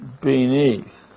beneath